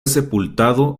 sepultado